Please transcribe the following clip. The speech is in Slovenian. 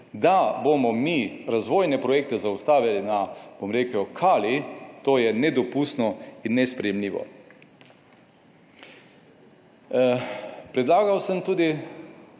Da bomo mi razvojne projekte zaustavili na kali, to je nedopustno in nesprejemljivo. Predlagal sem tudi